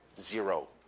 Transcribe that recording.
zero